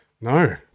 no